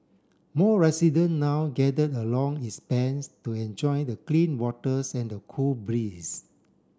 more resident now gathered along its banks to enjoy the clean waters and the cool breeze